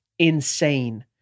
Insane